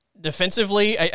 defensively